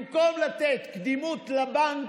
במקום לתת קדימות לבנק,